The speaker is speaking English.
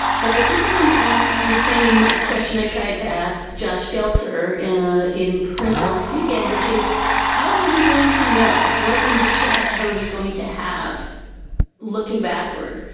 but i think i want to ask you the same question i tried to ask josh geldzahler in print last weekend, which is how are we going to know what indicia are we going have looking backward?